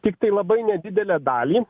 tiktai labai nedidelę dalį